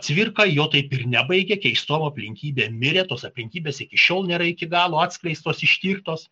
cvirka jo taip ir nebaigė keistom aplinkybėm mirė tos aplinkybės iki šiol nėra iki galo atskleistos ištirtos